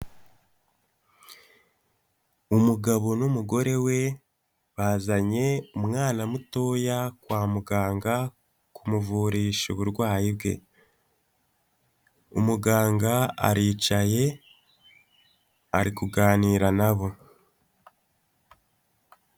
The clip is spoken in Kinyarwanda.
Umugabo n'umugore we bazanye umwana mutoya kwa muganga kumuvurisha uburwayi bwe. Umuganga aricaye ari kuganira nabo.